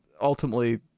ultimately